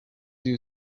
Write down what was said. you